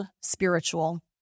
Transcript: spiritual